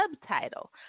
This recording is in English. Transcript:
subtitle